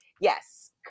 Yes